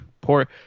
poor